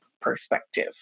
perspective